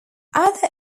other